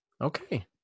Okay